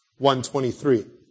1.23